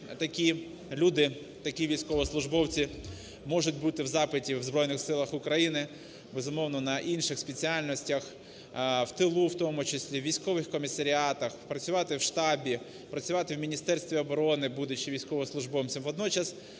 такі люди, такі військовослужбовці можуть бути в запиті в Збройних Силах України, безумовно, на інших спеціальностях, в тилу у тому числі, в військових комісаріатах, працювати в штабі, працювати в Міністерстві оборони, будучи військовослужбовцем.